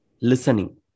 Listening